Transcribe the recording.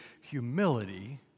humility